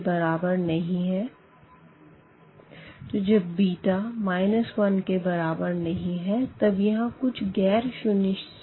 तो जब β≠ 1तब यहाँ कुछ गैर शून्य संख्या होगी